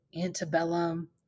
antebellum